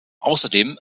außerdem